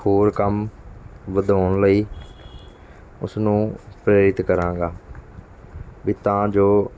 ਹੋਰ ਕੰਮ ਵਧਾਉਣ ਲਈ ਉਸਨੂੰ ਪ੍ਰੇਰਿਤ ਕਰਾਂਗਾ ਵੀ ਤਾਂ ਜੋ